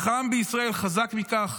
אך העם בישראל חזק מכך.